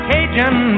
Cajun